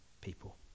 people